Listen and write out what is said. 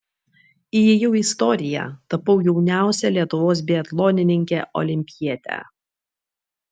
įėjau į istoriją tapau jauniausia lietuvos biatlonininke olimpiete